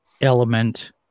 element